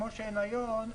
כמו שהן היום,